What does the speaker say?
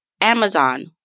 Amazon